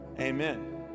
amen